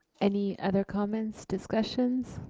any other comments, discussions?